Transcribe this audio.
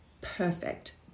perfect